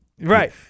Right